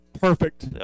perfect